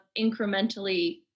incrementally